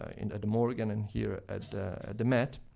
and at the morgan and here at the met,